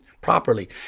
properly